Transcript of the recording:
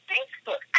Facebook